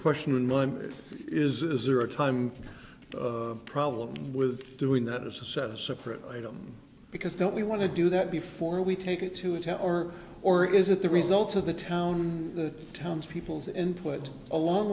question one is is there a time problem with doing that is to set a separate item because don't we want to do that before we take it to a town or or is it the results of the town the town's people's input along